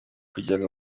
kugirango